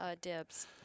dibs